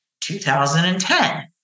2010